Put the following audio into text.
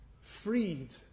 freed